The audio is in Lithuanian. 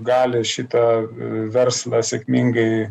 gali šitą verslą sėkmingai